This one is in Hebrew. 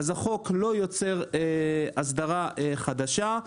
אז החוק לא יוצר הסדרה חדשה.